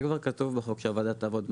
כבר כתוב בחוק שהוועדה תעבוד מהר.